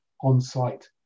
on-site